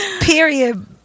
Period